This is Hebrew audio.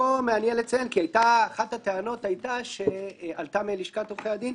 פה מעניין לציין כי אחת הטענות שעלתה מלשכת עורכי הדין היא